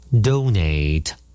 donate